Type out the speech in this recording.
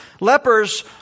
Lepers